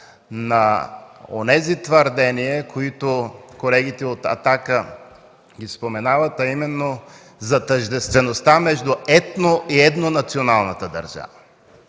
на онези твърдения, които колегите от „Атака” споменават, а именно за тъждествеността между етно и еднонационалната държава.